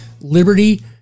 liberty